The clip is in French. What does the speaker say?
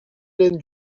hélène